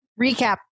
Recap